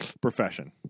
profession